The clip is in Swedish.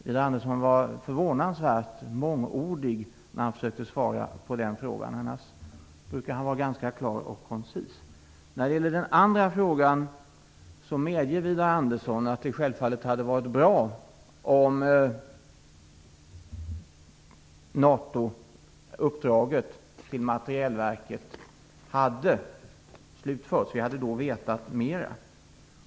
Widar Andersson var förvånansvärt mångordig när han försökte svara på den frågan. Han brukar annars vara ganska klar och koncis. När det gäller den andra frågan medger Widar Andersson att det självfallet hade varit bra om uppdraget till Matrielverket hade slutförts. Vi hade då vetat mera.